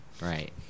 Right